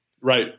Right